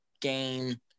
game